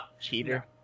Cheater